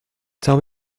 tell